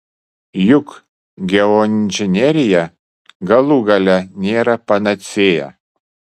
juk geoinžinerija galų gale nėra panacėja